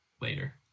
later